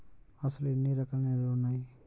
అసలు ఎన్ని రకాల నేలలు వున్నాయి?